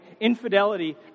infidelity